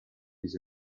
his